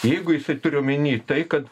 jeigu jisai turi omeny tai kad